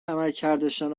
عملکردشان